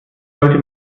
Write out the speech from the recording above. sollte